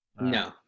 No